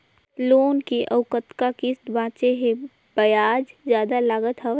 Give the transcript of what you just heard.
Loan के अउ कतका किस्त बांचें हे? ब्याज जादा लागत हवय,